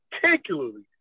particularly